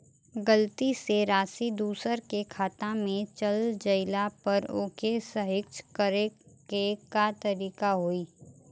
गलती से राशि दूसर के खाता में चल जइला पर ओके सहीक्ष करे के का तरीका होई?